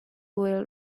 wheel